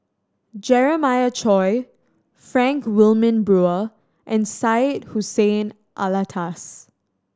Jeremiah Choy Frank Wilmin Brewer and Syed Hussein Alatas